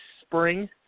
spring